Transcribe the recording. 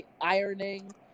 ironing